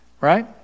right